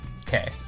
Okay